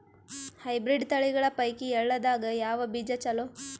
Hybrid ತಳಿಗಳ ಪೈಕಿ ಎಳ್ಳ ದಾಗ ಯಾವ ಬೀಜ ಚಲೋ?